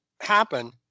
happen